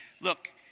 look